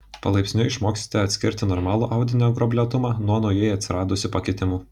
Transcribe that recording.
palaipsniui išmoksite atskirti normalų audinio gruoblėtumą nuo naujai atsiradusių pakitimų